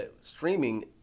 streaming